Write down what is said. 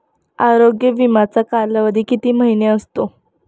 आरोग्य विमाचा कालावधी किती महिने असतो?